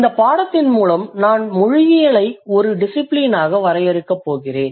இந்தப் பாடத்தின் மூலம் நான் மொழியியலை டிசிபிலினாக வரையறுக்கப் போகிறேன்